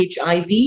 HIV